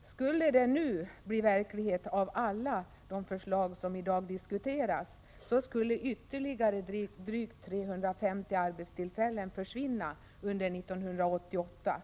Skulle alla de förslag som i dag diskuteras bli verklighet, skulle ytterligare drygt 350 arbetstillfällen försvinna under 1988.